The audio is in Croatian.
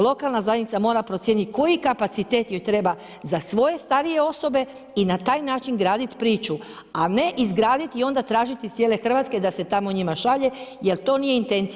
Lokalna zajednica mora procijeniti koji kapacitet joj treba za svoje starije osobe i na taj način graditi priču, a ne izgraditi i onda tražiti iz cijele Hrvatske da se tamo njima šalje, jer to nije intencija.